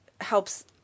helps